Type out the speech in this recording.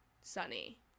Sunny